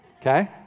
okay